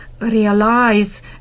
realize